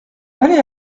allez